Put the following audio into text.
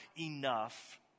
enough